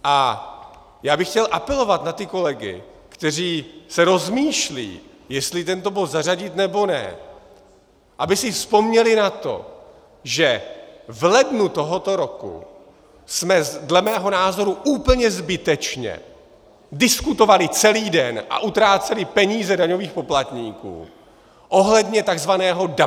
A já bych chtěl apelovat na ty kolegy, kteří se rozmýšlejí, jestli tento bod zařadit, nebo ne, aby si vzpomněli na to, že v lednu tohoto roku jsme dle mého názoru úplně zbytečně diskutovali celý den a utráceli peníze daňových poplatníků ohledně tzv. Dublinu IV.